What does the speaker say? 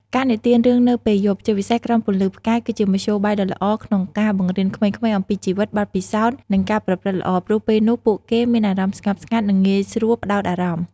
ការនិទានរឿងនៅពេលយប់ ជាពិសេសក្រោមពន្លឺផ្កាយ គឺជាមធ្យោបាយដ៏ល្អក្នុងការបង្រៀនក្មេងៗអំពីជីវិត បទពិសោធន៍ និងការប្រព្រឹត្តល្អ ព្រោះពេលនោះពួកគេមានអារម្មណ៍ស្ងប់ស្ងាត់ និងងាយស្រួលផ្ដោតអារម្មណ៍ ។